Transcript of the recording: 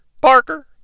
Parker